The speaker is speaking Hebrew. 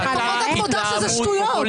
--- לפחות את מודה שזה שטויות --- זה שוב התלהמות,